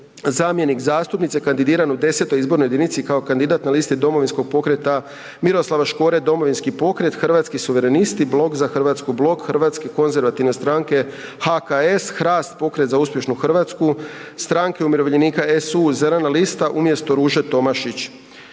zamjenik zastupnice kandidiran u X. izbornoj jedinici kao kandidat na listi Domovinskog pokreta Miroslava Škore, Domovinski pokret, Hrvatski suverenisti, Blok za Hrvatsku, Blok Hrvatske konzervativne stranke, HKS, HRAST, Pokret za uspješnu Hrvatsku, Stranke umirovljenika, SU, Zelena lista umjesto Ruže Tomašić.